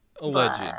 Alleged